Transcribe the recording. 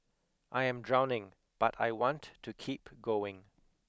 I am drowning but I want to keep going